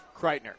Kreitner